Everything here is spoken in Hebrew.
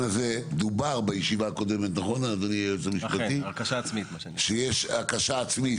דובר בישיבה הקודמת שיש הקשה עצמית,